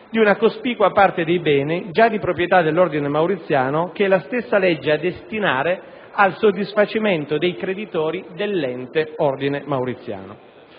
di una cospicua parte dei beni già di proprietà dell'Ordine Mauriziano, che la stessa legge ha destinato al soddisfacimento dei creditori dell'ente Ordine Mauriziano.